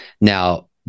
Now